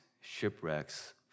shipwrecks